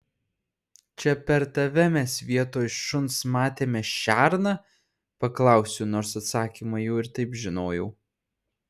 čia per tave mes vietoj šuns matėme šerną paklausiau nors atsakymą jau ir taip žinojau